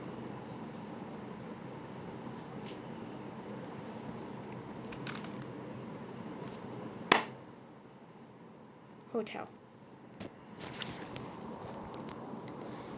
hotel